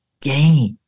game